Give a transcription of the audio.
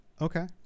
Okay